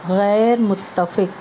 غیر متفق